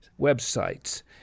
websites